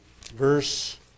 verse